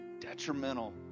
detrimental